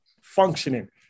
functioning